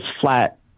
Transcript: flat